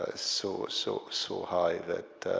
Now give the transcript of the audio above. ah so ah so so high that